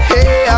Hey